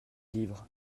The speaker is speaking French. livres